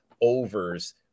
overs